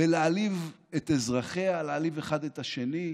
בלהעליב את אזרחיה, להעליב אחד את השני,